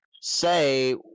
say